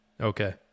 Okay